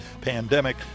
pandemic